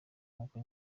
nuko